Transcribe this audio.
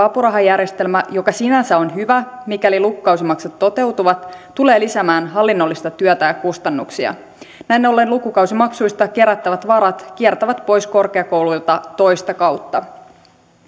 apurahajärjestelmä joka sinänsä on hyvä mikäli lukukausimaksut toteutuvat tulee lisäämään hallinnollista työtä ja kustannuksia näin ollen lukukausimaksuista kerättävät varat kiertävät pois korkeakouluilta toista kautta